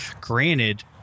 Granted